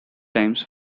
times